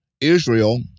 Israel